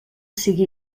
sigui